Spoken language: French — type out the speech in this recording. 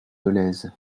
dolez